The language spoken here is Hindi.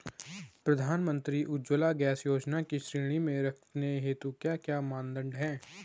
प्रधानमंत्री उज्जवला गैस योजना की श्रेणी में रखने हेतु क्या क्या मानदंड है?